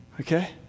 Okay